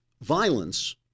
Violence